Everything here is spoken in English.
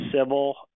civil